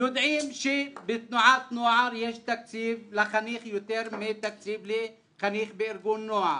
יודעים שבתנועת נוער יש תקציב לחניך יותר מתקציב לחניך בארגון נוער.